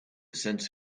sense